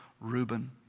Reuben